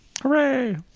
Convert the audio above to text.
Hooray